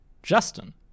Justin